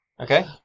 Okay